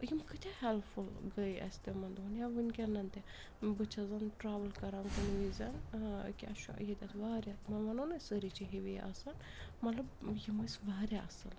یِم کۭتیٛاہ ہٮ۪لٕپفُل گٔے اَسہِ تِمَن دۄہَن یا وٕنۍکٮ۪ن تہِ بہٕ چھَس زَن ٹرٛاوٕل کَران کُنہِ وِزٮ۪ن کیٛاہ چھُ ییٚتٮ۪تھ واریاہ تِمن وَنو نہٕ أسۍ سٲری چھِ ہِوی آسان مطلب یِم ٲسۍ واریاہ اَصٕل